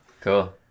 cool